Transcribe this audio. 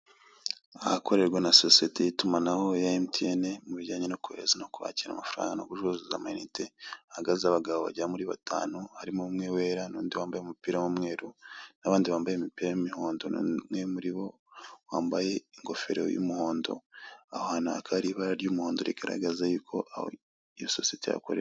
Ahakorerwa na sosiyete y'itumanaho ya MTN mu bijyanye no kohereza no kwakira amafaranga no gucuruza amayinite, hahagaze abagabo bajyera muri batanu harimo umwe wera n'undi wambaye umupira w'umweru n'abandi bambaye imipira y'imihondo umwe muri bo wambaye ingofero y'umuhondo, aho hantu hakaba hari ibara ry'umuhondo rigaragaza y'uko aho iyo sosiyete ihakorera.